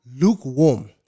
lukewarm